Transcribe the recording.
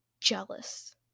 jealous